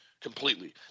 completely